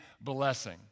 blessing